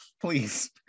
please